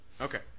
Okay